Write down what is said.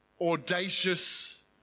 audacious